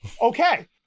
okay